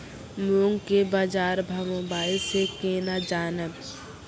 मूंग के बाजार भाव मोबाइल से के ना जान ब?